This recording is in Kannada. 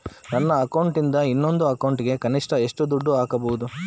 ನನ್ನ ಅಕೌಂಟಿಂದ ಇನ್ನೊಂದು ಅಕೌಂಟಿಗೆ ಕನಿಷ್ಟ ಎಷ್ಟು ದುಡ್ಡು ಹಾಕಬಹುದು?